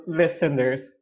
listeners